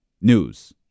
news